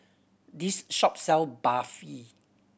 this shop sell Barfi